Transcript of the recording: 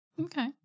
Okay